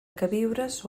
queviures